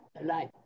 alive